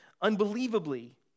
unbelievably